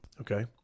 okay